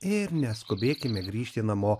ir neskubėkime grįžti namo